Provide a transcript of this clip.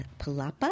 Palapa